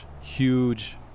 huge